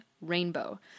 Rainbow